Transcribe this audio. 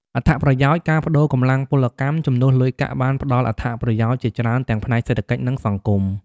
អត្ថប្រយោជន៍ការប្តូរកម្លាំងពលកម្មជំនួសលុយកាក់បានផ្តល់អត្ថប្រយោជន៍ជាច្រើនទាំងផ្នែកសេដ្ឋកិច្ច និងសង្គម